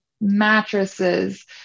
mattresses